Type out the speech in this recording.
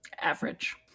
average